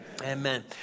Amen